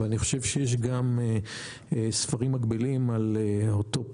אבל אני חושב שיש גם ספרים מקבילים על האוטופיה,